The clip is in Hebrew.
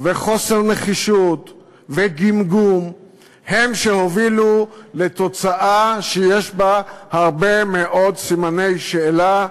חוסר נחישות וגמגום הם שהובילו לתוצאה שיש בה הרבה מאוד סימני שאלה: